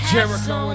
Jericho